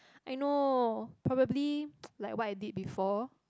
I know probably like what I did before